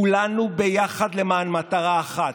כולנו ביחד למען מטרה אחת: